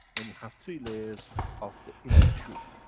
and you have three layers of the inner tube.